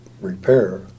repair